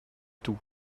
tout